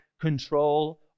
control